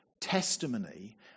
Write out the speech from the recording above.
testimony